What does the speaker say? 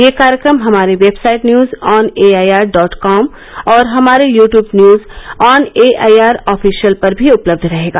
यह कार्यक्रम हमारी website news on A I R dot com और हमारे YouTube news on A I R official पर भी उपलब्ध रहेगा